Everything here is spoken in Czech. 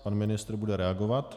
Pan ministr bude reagovat.